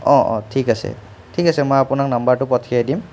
ঠিক আছে ঠিক আছে মই আপোনাক নাম্বাৰটো পঠিয়াই দিম